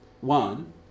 one